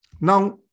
Now